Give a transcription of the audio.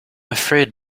afraid